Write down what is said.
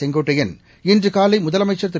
செங்கோட்டையன் இன்றுகாலை முதலமைச்சா் திரு